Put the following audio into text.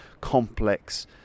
complex